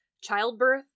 childbirth